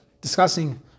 discussing